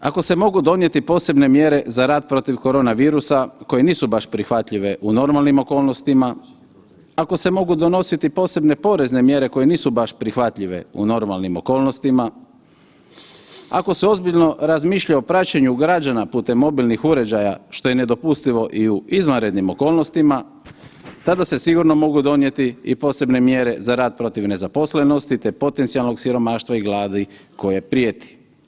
Ako se mogu donijeti posebne mjere za rat protiv korona virusa koje nisu baš prihvatljive u normalnim okolnostima, ako se mogu donositi posebne porezne mjere koje nisu baš prihvatljive u normalnim okolnostima, ako se ozbiljno razmišlja o praćenju građana putem mobilnih uređaja što je nedopustivo i u izvanrednim okolnostima tada se sigurno mogu donijeti i posebne mjere za rat protiv nezaposlenosti te potencijalnog siromaštva i gladi koje prijeti.